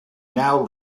now